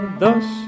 thus